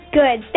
good